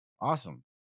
Awesome